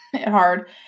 hard